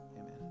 amen